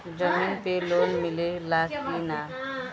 जमीन पे लोन मिले ला की ना?